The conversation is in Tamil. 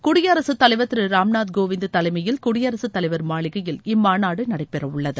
குடியரசுத் தலைவர் திரு ராம்நாத் கோவிந்த் தலைமயில் குடியரசுத் தலைவர் மாளிகையில் இம்மாநாடு நடைபெறவுள்ளது